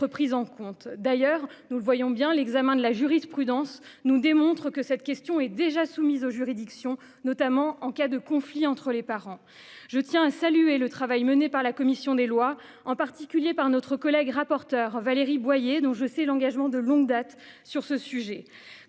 prise en considération. Au reste, l'examen de la jurisprudence nous démontre que cette question est déjà soumise aux juridictions, notamment en cas de conflit entre les parents. Je salue le travail mené par la commission des lois, en particulier par notre collègue rapporteure Valérie Boyer, dont je sais l'engagement de longue date sur le sujet.